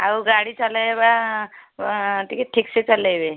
ଆଉ ଗାଡ଼ି ଚଲାଇବା ଟିକେ ଠିକ୍ସେ ଚଲେଇବେ